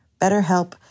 BetterHelp